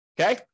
Okay